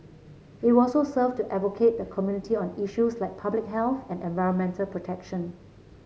it will also serve to advocate the community on issues like public health and environmental protection